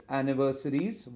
anniversaries